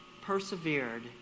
persevered